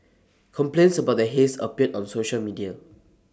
complaints about the haze appeared on social media